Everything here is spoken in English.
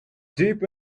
deep